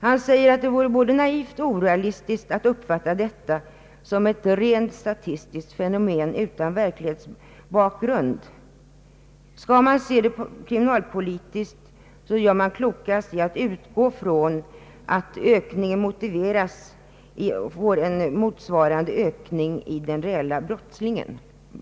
Han anser att det vore både naivt och orealistiskt att uppfatta detta som ett rent statistiskt fenomen utan verklighetsbakgrund. Kriminalpolitiskt gör man såldes klokast i att utgå från att ökningen i den registrerade brottsligheten motsvaras av en ökning i den reella brottsligheten.